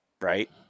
right